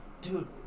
Dude